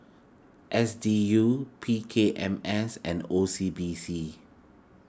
S D U P K M S and O C B C